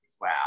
Wow